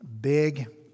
big